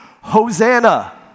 Hosanna